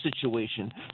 situation